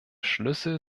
schlüssel